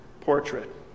portrait